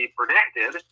predicted